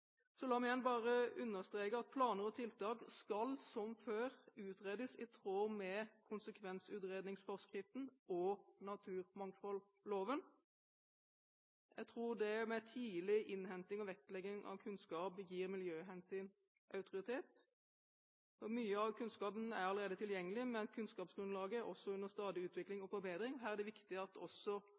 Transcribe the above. La meg igjen bare understreke at planer og tiltak skal – som før – utredes i tråd med konsekvensutredningsforskriften og naturmangfoldloven. Jeg tror tidlig innhenting og vektlegging av kunnskap gir miljøhensyn autoritet, og mye av kunnskapen er allerede tilgjengelig, men kunnskapsgrunnlaget er under stadig utvikling og forbedring. Her er det viktig at også